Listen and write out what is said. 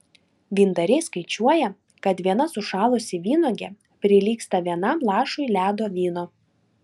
vyndariai skaičiuoja kad viena sušalusi vynuogė prilygsta vienam lašui ledo vyno